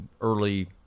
early